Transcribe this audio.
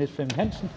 er fra Det